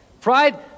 Pride